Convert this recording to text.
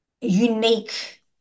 unique